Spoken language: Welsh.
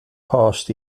post